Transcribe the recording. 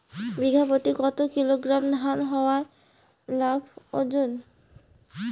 বিঘা প্রতি কতো কিলোগ্রাম ধান হওয়া লাভজনক?